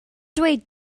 dweud